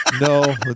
No